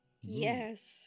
Yes